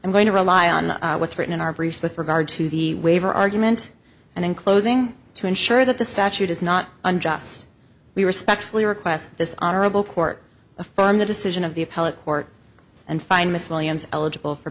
i'm going to rely on what's written in our briefs with regard to the waiver argument and in closing to ensure that the statute is not unjust we respectfully request this honorable court affirm the decision of the appellate court and find miss williams eligible for